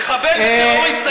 מחבל וטרוריסט,